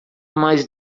mais